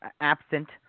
absent